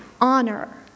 honor